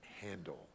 handle